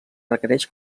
requereix